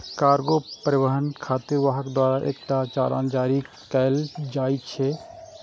cargo परिवहन खातिर वाहक द्वारा एकटा चालान जारी कैल जाइ छै